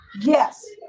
Yes